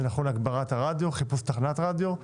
זה נכון להגברת הרדיו או לחיפוש תחנת רדיו,